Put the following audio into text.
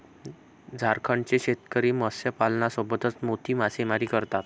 झारखंडचे शेतकरी मत्स्यपालनासोबतच मोती मासेमारी करतात